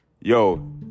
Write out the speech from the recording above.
yo